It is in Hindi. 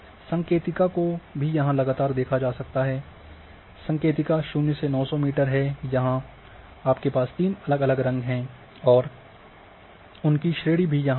सांकेतिक को भी यहाँ लगातार देखा जा सकता है संकेतिका 0 से 900 मीटर है यहाँ आपके पास तीन अलग अलग रंग हैं और उनकी श्रेणी भी यहाँ पर है